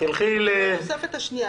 תוספת השנייה.